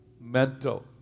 mental